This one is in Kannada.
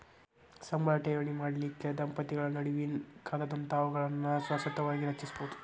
ಸಂಬಳ ಠೇವಣಿ ಮಾಡಲಿಕ್ಕೆ ದಂಪತಿಗಳ ನಡುವಿನ್ ಖಾತಾದಂತಾವುಗಳನ್ನ ಶಾಶ್ವತವಾಗಿ ರಚಿಸ್ಬೋದು